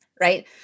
right